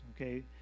okay